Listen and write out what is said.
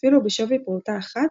אפילו בשווי פרוטה אחת,